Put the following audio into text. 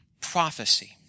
prophecy